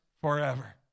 forever